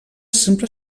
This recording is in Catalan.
sempre